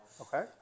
Okay